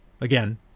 again